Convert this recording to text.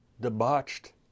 debauched